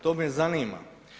To me zanima.